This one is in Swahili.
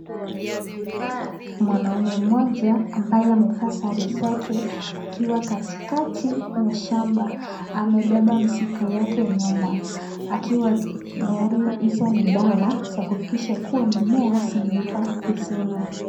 Mwanaume mmoja ambaye amevaa sare zake akiwa katikati ya shamba, amebeba mzigo yake nyuma, hizo ni dawa za kuhakikisha kuwa mimea zimeiva vizuri.